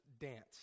dance